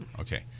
Okay